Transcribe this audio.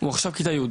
עכשיו בכיתה י'.